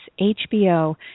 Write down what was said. HBO